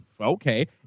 Okay